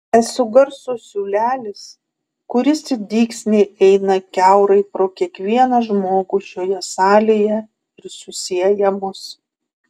esu garso siūlelis kuris it dygsniai eina kiaurai pro kiekvieną žmogų šioje salėje ir susieja mus